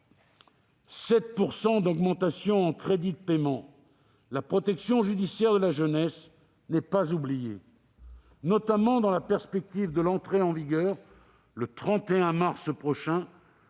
une augmentation de 7 % en crédits de paiement, la protection judiciaire de la jeunesse (PJJ) n'est pas oubliée, notamment dans la perspective de l'entrée en vigueur le 31 mars prochain